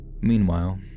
Meanwhile